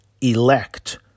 elect